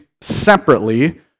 separately